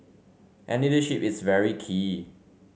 and leadership is very key